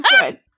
good